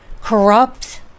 corrupt